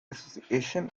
association